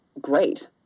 great